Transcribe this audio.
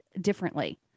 differently